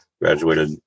Graduated